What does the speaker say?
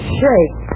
shake